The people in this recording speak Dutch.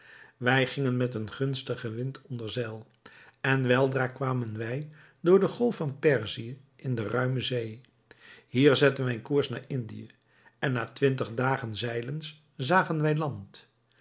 wij gingen met een gunstigen wind onder zeil en weldra kwamen wij door de golf van perzië in de ruime zee hier zetten wij koers naar indië en na twintig dagen zeilens